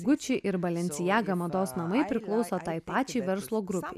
gucci ir balenciaga mados namai priklauso tai pačiai verslo grupei